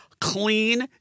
clean